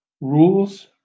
rules